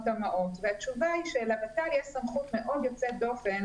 תמ"אות והתשובה היא שלוות"ל יש סמכות מאוד יוצאת דופן